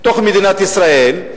בתוך מדינת ישראל,